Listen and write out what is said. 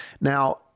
Now